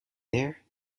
there